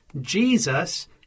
Jesus